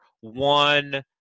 one